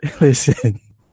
Listen